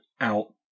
out